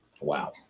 Wow